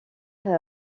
cette